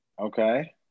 Okay